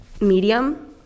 medium